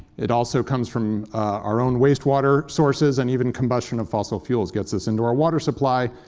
it also comes from our own waste water sources, and even combustion of fossil fuels gets into our water supply.